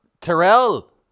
Terrell